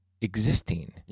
existing